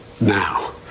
now